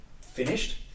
finished